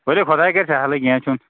ؤلِو خۄداے کَرِ سہلٕے کینٛہہ چھُنہٕ